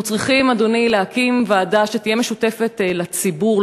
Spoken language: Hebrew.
אנחנו צריכים להקים ועדה שתהיה משותפת לציבור.